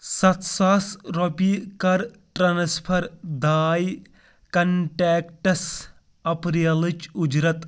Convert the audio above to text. ستھ ساس رۄپیہِ کَر ٹرٛانسفر داے کنٹؠکٹَس اپریلٕچ اُجرت